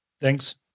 Thanks